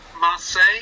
Marseille